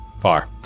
Far